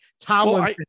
Tom